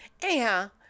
anyhow